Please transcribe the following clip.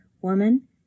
Woman